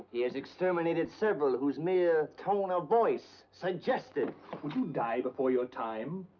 he has exterminated several whose mere tone of voice suggested would you die before your time?